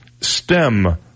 STEM